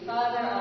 Father